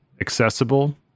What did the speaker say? accessible